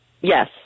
Yes